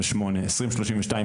2032,